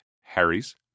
Harry's